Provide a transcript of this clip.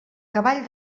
cavall